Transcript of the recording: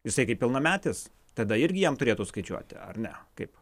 jisai kaip pilnametis tada irgi jam turėtų skaičiuoti ar ne kaip